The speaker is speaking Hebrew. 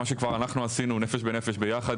מה שכבר אנחנו עשינו "נפש בנפש" ביחד